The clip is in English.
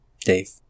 Dave